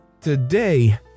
Today